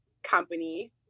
company